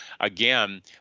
again